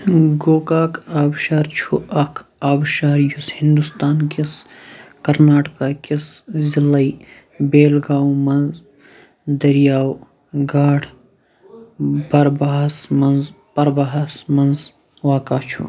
گوکاک آبشار چھُ اَکھ آبشار یُس ہِندوستان کِس کَرناٹکا كِس ضِلعَے بیل گاوں مَنٛز دریاو گھاٹ پَربھاہَس منٛز پَربھاہَس منٛز واقعہ چھُ